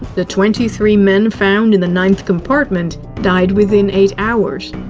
the twenty three men found in the ninth compartment died within eight hours.